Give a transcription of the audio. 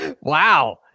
Wow